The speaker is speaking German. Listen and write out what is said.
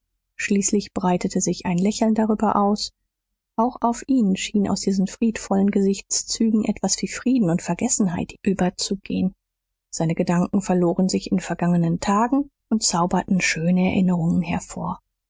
schließlich breitete sich ein lächeln darüber aus auch auf ihn schien aus diesen friedvollen gesichtszügen etwas wie frieden und vergessenheit überzugehen seine gedanken verloren sich in vergangenen tagen und zauberten schöne erinnerungen hervor